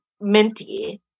Minty